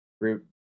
root